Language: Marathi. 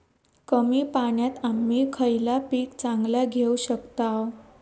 कमी पाण्यात आम्ही खयला पीक चांगला घेव शकताव?